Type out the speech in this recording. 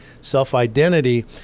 self-identity